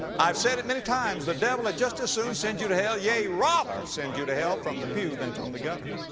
i've said it many times. times. the devil had just as soon send you to hell, ye, rather send you to hell from the pew than from the gutter.